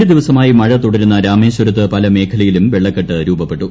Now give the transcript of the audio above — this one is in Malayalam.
രണ്ടു ദിവസമായി മഴ തുടരുന്ന രാമേശ്വരത്ത് പല മേഖലയിലും വെള്ളക്കെട്ട് രൂപപ്പെട്ടു